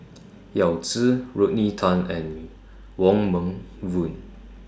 Yao Zi Rodney Tan and Wong Meng Voon